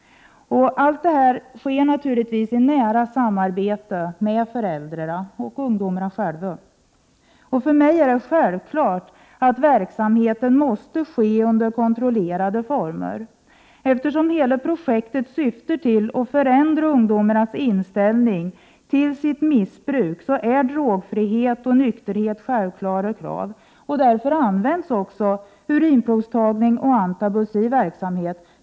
Allt detta sker naturligtvis i nära samarbete med föräldrarna och ungdomarna själva. För mig är det självklart att verksamheten måste ske under kontrollerade former. Eftersom hela projektet syftar till att förändra ungdomarnas inställning till sitt missbruk är drogfrihet och nykterhet självklara krav. Därför används också urinprovstagning och antabus i verksamheten.